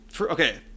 okay